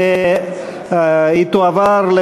התשע"ג 2013,